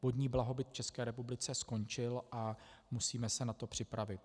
Vodní blahobyt v České republice skončil a musíme se na to připravit.